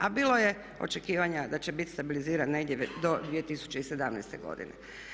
A bilo je očekivanja da će biti stabiliziran negdje već do 2017. godine.